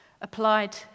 applied